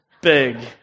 big